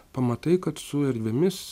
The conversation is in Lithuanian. pamatai kad su erdvėmis